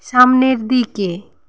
সামনের দিকে